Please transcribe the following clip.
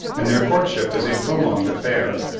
and their courtship is a prolonged affair.